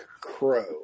Crow